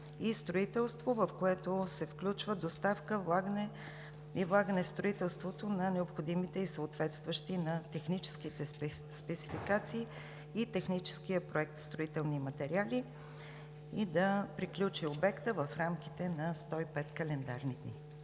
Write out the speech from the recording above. и строителство, в което се включва доставка и влагане в строителството на необходимите и съответстващи на техническите спецификации и техническия проект строителни материали, и да приключи обекта в рамките на 105 календарни дни.